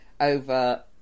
over